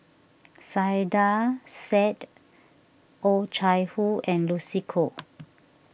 Saiedah Said Oh Chai Hoo and Lucy Koh